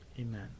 Amen